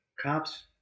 cops